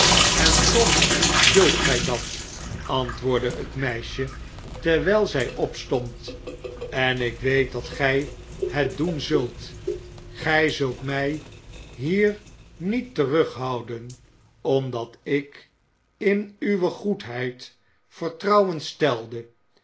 en toch zult gij dat antwoordde het meisje terwijl zij opstond en ik weet dat gij het doen zult gij zult mij hier niet terughouden omdat ik in uwe goedheid vertrouwen stelde